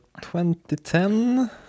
2010